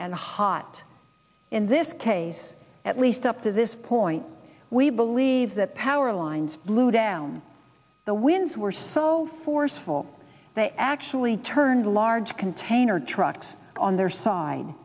and hot in this case at least up to this point we believe that power lines blew down the winds were so forceful they actually turned large container trucks on their side